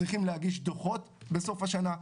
צריכים להגיש דוחות בסוף השנה.